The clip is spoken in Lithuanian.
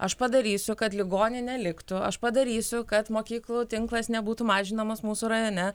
aš padarysiu kad ligoninė liktų aš padarysiu kad mokyklų tinklas nebūtų mažinamas mūsų rajone